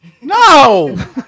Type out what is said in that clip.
No